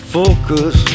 focus